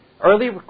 Early